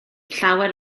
llawer